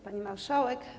Pani Marszałek!